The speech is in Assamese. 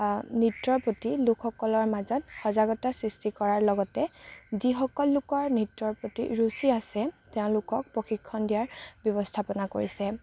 নৃত্যৰ প্ৰতি লোকসকলৰ মাজত সজাগতাৰ সৃষ্টি কৰাৰ লগতে যিসকল লোকৰ নৃত্যৰ প্ৰতি ৰুচি আছে তেওঁলোকক প্ৰশিক্ষণ দিয়াৰ ব্যৱস্থাপনা কৰিছে